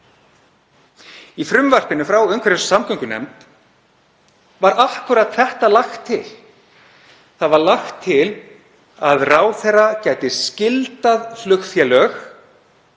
Í frumvarpinu frá umhverfis- og samgöngunefnd var akkúrat þetta lagt til. Þar var lagt til að ráðherra gæti skyldað flugfélög